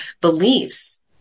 beliefs